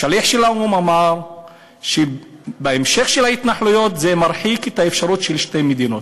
השליח של האו"ם אמר שהמשך ההתנחלויות מרחיק את האפשרות של שתי מדינות.